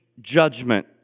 judgment